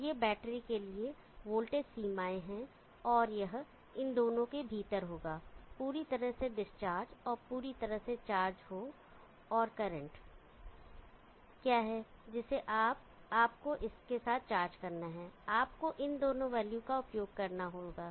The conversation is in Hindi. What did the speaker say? तो ये बैटरी के लिए वोल्टेज सीमाएं हैं और यह इन दोनों के भीतर होगा पूरी तरह से डिस्चार्ज और पूरी तरह से चार्ज हो और करंट क्या है जिसे आपको इसके साथ चार्ज करना है आपको इन दो वैल्यू का उपयोग करना होगा